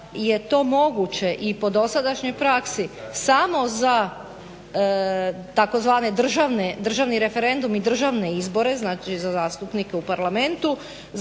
da je to moguće i po dosadašnjoj praksi samo za tzv. referendum i državne izbore, znači za zastupnike u Parlamentu,